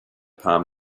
palm